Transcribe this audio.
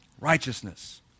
Righteousness